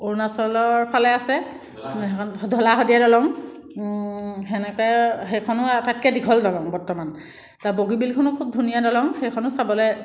অৰুণাচলৰফালে আছে সেইখন ঢলা শদিয়া দলং সেনেকৈ সেইখনো আটাইতকৈ দীঘল দলং বৰ্তমান বগীবিলখনো খুব ধুনীয়া দলং সেইখনো চাবলৈ